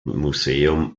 museum